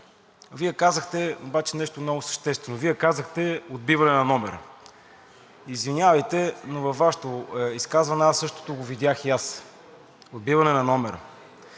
Вие казахте обаче нещо много съществено – Вие казахте: отбиване на номера. Извинявайте, но във Вашето изказване същото го видях – отбиване на номера.